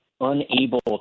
unable